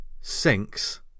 sinks